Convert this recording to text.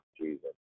Jesus